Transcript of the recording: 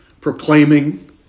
proclaiming